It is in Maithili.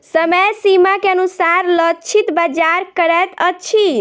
समय सीमा के अनुसार लक्षित बाजार करैत अछि